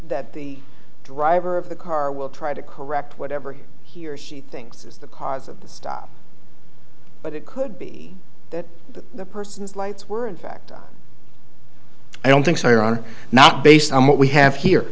that the driver of the car will try to correct whatever here he thinks is the cause of the stop but it could be that the person is lights were in fact i don't think so you are not based on what we have here